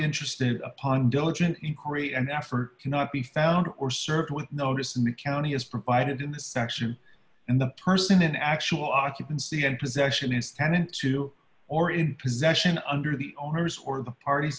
interested upon diligent inquiry and effort cannot be found or served with notice in the county as provided in section and the person in actual occupancy and possession is tenant to or in possession under the owners or the parties